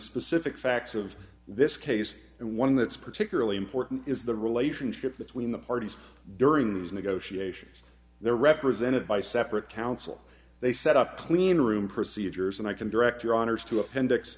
specific facts of this case and one that's particularly important is the relationship between the parties during these negotiations they're represented by separate counsel they set up clean room procedures and i can direct your honour's to